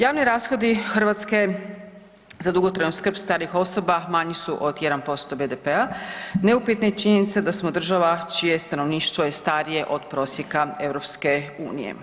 Javni rashodi Hrvatske za dugotrajnu skrb starijih osoba manji su od 1% BDP-a, neupitna je činjenica da smo država čije je stanovništvo je starije od prosjeka EU.